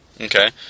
Okay